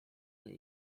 nie